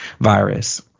virus